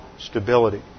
stability